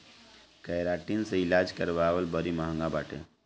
keratin से इलाज करावल बड़ी महँग बाटे